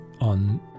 on